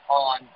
on